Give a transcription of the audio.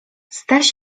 staś